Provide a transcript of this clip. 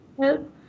help